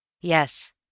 Yes